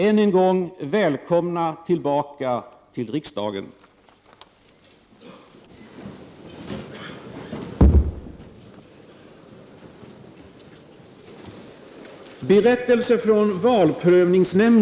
Än en gång välkomna tillbaka till riksdagen!